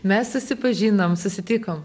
mes susipažinom susitikom